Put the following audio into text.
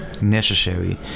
necessary